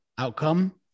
outcome